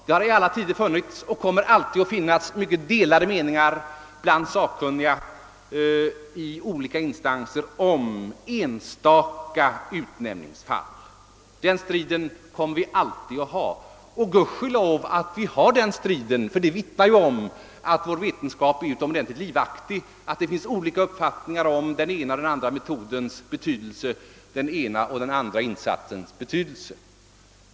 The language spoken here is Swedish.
Det har i alla tider funnits och kommer alltid att finnas delade meningar bland sakkunniga i olika instanser om enstaka utnämningsfall. Den striden kommer vi alltid att ha — och gudskelov för att vi har den, därför att det vittnar om att vår vetenskapliga debatt är utomordentligt livaktig och att det finns olika uppfattningar om den ena eller andra insatsens betydelse.